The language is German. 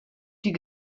die